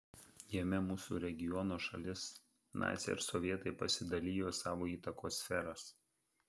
jame mūsų regiono šalis naciai ir sovietai pasidalijo į savo įtakos sferas